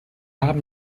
haben